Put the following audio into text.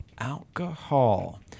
Alcohol